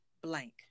blank